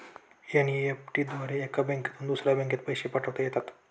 NEFT द्वारे एका बँकेतून दुसऱ्या बँकेत पैसे पाठवता येतात